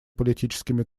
политическими